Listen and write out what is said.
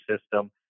system